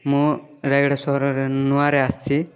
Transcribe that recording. ମୁଁ ରାୟଗଡ଼ା ସହରରେ ନୂଆରେ ଆସିଛି